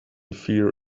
fear